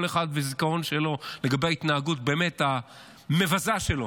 כל אחד והזיכרון שלו לגבי ההתנהגות הבאמת-מבזה שלו.